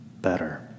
better